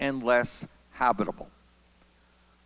and less how beautiful